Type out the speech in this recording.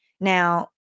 Now